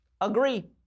Agree